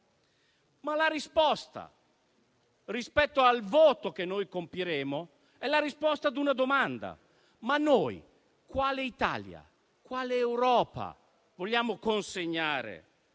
La risposta rispetto al voto che noi compiremo è la risposta alla seguente domanda: quale Italia, quale Europa vogliamo consegnare